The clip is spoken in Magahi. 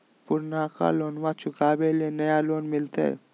पुर्नका लोनमा चुकाबे ले नया लोन मिलते?